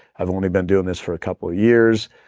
i've only been doing this for a couple years.